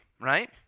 right